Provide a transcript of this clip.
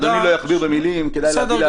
אדוני לא יכביר במילים, כדאי להביא להצבעה.